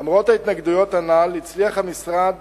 למרות ההתנגדויות הנ"ל הצליח המשרד